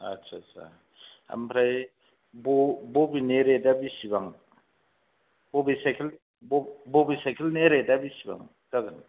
आदसा सा ओमफ्राय ब' बबेनि रेथया बेसेबां बबे साइखेल बबे साइखेलनि रेथया बेसेबां जागोन